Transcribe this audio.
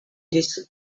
this